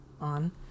on